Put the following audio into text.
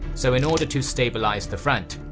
so in order to stabilize the front,